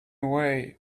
way